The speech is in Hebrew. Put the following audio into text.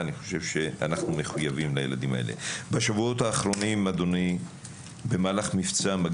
ואני אבקש מאדוני שנתחיל לקדם אותו.